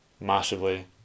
massively